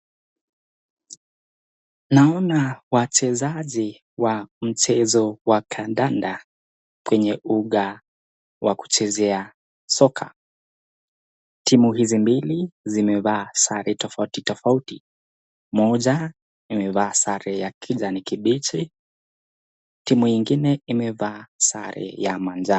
Naona wachezaji wa mchezo wa kandanda kwenye uga wa kuchezea soccer . Timu hizi mbili zimevaa sare tofauti tofauti. Moja imevaa sare ya kijani kibichi, timu ingine imevaa sare manjano.